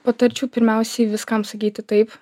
patarčiau pirmiausiai viskam sakyti taip